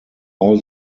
all